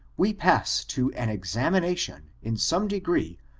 we pass to an examination, in some degree,